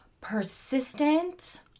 persistent